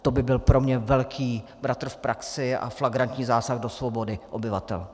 To by byl pro mě velký bratr v praxi a flagrantní zásah do svobody obyvatel.